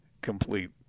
complete